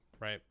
right